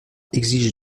exige